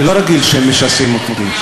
אני לא רגיל שמשסעים אותי.